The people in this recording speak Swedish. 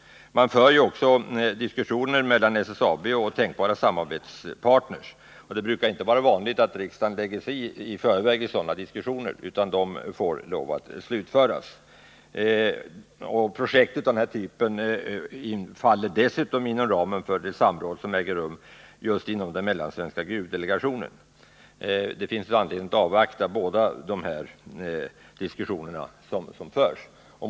Det förs diskussioner mellan SSAB och tänkbara samarbetspartner, och det brukar inte vara vanligt att riksdagen lägger sig i sådana diskussioner, utan de bör få slutföras. Projekt av den här typen faller dessutom inom ramen för det samråd som äger rum inom den mellansvenska gruvdelegationen. Det finns anledning avvakta de diskussioner som förs på dessa båda håll.